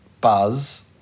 buzz